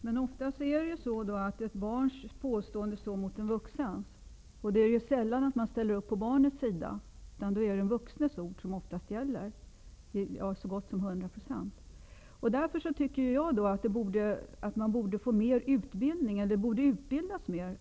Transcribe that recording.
Fru talman! Men ofta står ett barns påstående emot en vuxens, och man ställer sällan upp på barnets sida. Det är oftast, ja, så gott som till hundra procent, den vuxnes ord som gäller. Jag tycker att det borde ges mer av utbildning på detta område.